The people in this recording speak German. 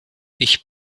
ich